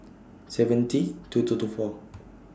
seventy two two two four